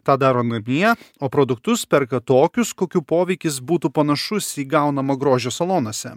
tą daro namie o produktus perka tokius kokių poveikis būtų panašus į gaunamą grožio salonuose